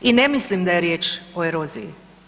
I ne mislim da je riječ o eroziji.